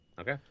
Okay